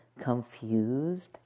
confused